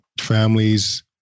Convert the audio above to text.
families